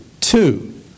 Two